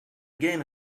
game